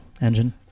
engine